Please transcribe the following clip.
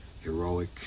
heroic